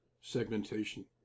segmentation